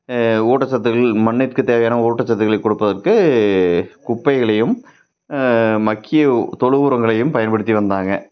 ஊட்டச்சத்துக்கள் மண்ணிற்கு தேவையான ஊட்டச்சத்துக்கள் கொடுப்பதற்கு குப்பைகளையும் மக்கிய தொழு உரங்களையும் பயன்படுத்தி வந்தாங்க